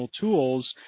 tools